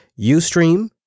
UStream